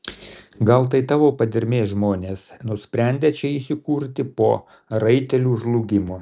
gal tai tavo padermės žmonės nusprendę čia įsikurti po raitelių žlugimo